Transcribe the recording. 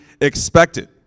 expected